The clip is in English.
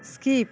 skip